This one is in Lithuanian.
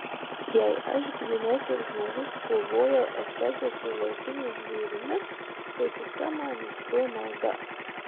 jei aš grynai kaip žmogus kovojau efeze su laukiniais žvėrimis tai kokia man iš to nauda